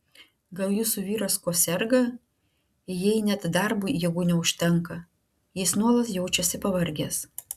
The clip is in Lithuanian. gal jūsų vyras kuo serga jei net darbui jėgų neužtenka jis nuolat jaučiasi pavargęs